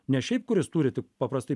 ne šiaip kuris turi tik paprastai